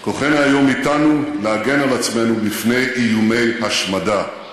כוחנו היום אתנו להגן על עצמנו בפני איומי השמדה,